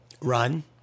run